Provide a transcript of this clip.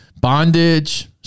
bondage